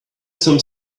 some